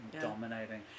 dominating